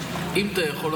אם אתה יכול,